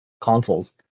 consoles